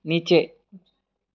નીચે